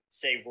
say